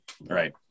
right